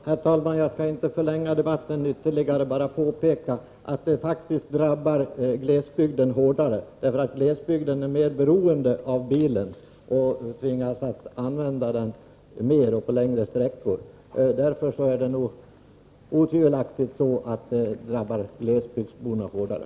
Herr talman! Jag skall inte förlänga debatten ytterligare. Jag vill bara påpeka att glesbygden faktiskt drabbas hårdare, eftersom man där är mera beroende av bilen och tvingas att använda den mer och på längre sträckor. Därför är det otvivelaktigt så att höjningen drabbar glesbygdsborna hårdare.